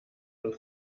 uns